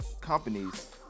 companies